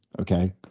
Okay